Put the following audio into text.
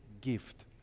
gift